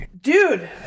Dude